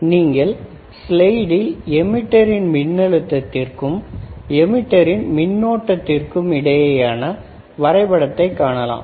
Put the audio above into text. நீங்கள் ஸ்லைடில் எமிட்டரின் மின் அழுத்தத்திற்கும் ஏமிட்டரின் மின்னூட்டத்திற்கும் இடையேயான வரைபடத்தை காணலாம்